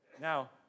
Now